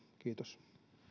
kiitos